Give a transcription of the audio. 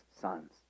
sons